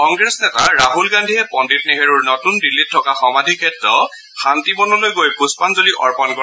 কংগ্ৰেছ নেতা ৰাছল গান্ধীয়ে পণ্ডিত নেহৰুৰ নতুন দিল্লীত থকা সমাধিক্ষেত্ৰ শান্তিবনলৈ গৈ পুষ্পাঞ্জলি অৰ্পণ কৰে